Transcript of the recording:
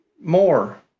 more